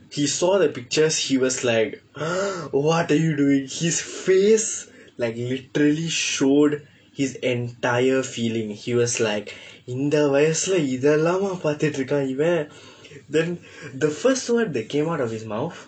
he saw the pictures he was like what are you doing his face like literally showed his entire feeling he was like இந்த வயதில இதை எல்லாமா பார்த்துட்டு இருக்கிறான் இவன்:indtha vayathila ithai ellaamaa parththutdu irukkiraan ivan then the first word that came out of his mouth